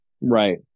right